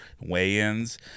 weigh-ins